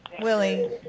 Willie